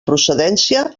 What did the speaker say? procedència